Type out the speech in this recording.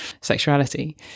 sexuality